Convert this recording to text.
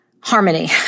harmony